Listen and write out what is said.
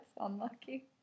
unlucky